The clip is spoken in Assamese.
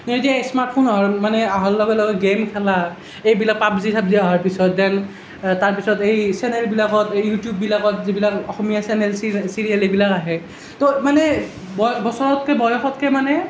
এতিয়া স্মাৰ্ট ফোন অহাৰ মানে অহাৰ লগে লগে গেম খেলা এইবিলাক পাব জি চাব জি অহাৰ পিছত দেন তাৰ পিছত এই চেনেলবিলাকত এই ইউটিউববিলাকত যিবিলাক অসমীয়া চেনেল চিৰিয়েল চিৰিয়েল এইবিলাক আহে তো মানে বয় বছৰতকে বয়সতকৈ মানে